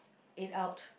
it out